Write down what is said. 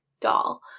doll